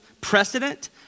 precedent